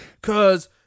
Cause